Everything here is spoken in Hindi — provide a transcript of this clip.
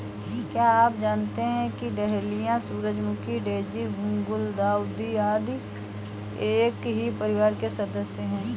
क्या आप जानते हैं कि डहेलिया, सूरजमुखी, डेजी, गुलदाउदी इत्यादि एक ही परिवार के सदस्य हैं